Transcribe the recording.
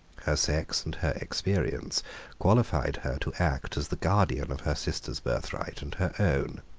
her sex and her experience qualified her to act as the guardian of her sister's birthright and her own.